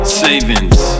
savings